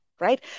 right